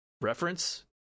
reference